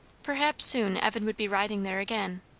perhaps soon evan would be riding there again,